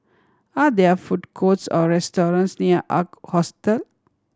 are there food courts or restaurants near Ark Hostel